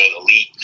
elite